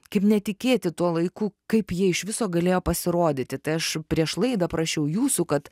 kaip netikėti tuo laiku kaip jie iš viso galėjo pasirodyti tai aš prieš laidą prašiau jūsų kad